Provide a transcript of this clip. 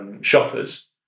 Shoppers